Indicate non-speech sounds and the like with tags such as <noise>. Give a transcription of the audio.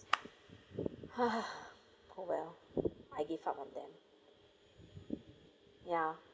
<noise> oh well I give up on them